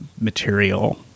material